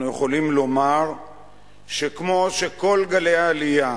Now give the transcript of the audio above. אנחנו יכולים לומר שכמו שכל גלי העלייה